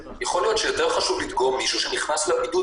יכול להיות שיותר חשוב לדגום מישהו שנכנס לבידוד